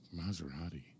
Maserati